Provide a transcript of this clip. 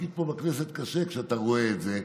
התפקיד פה בכנסת קשה כשאתה רואה את זה,